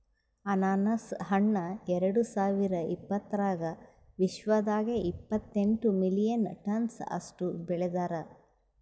ಅನಾನಸ್ ಹಣ್ಣ ಎರಡು ಸಾವಿರ ಇಪ್ಪತ್ತರಾಗ ವಿಶ್ವದಾಗೆ ಇಪ್ಪತ್ತೆಂಟು ಮಿಲಿಯನ್ ಟನ್ಸ್ ಅಷ್ಟು ಬೆಳದಾರ್